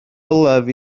olaf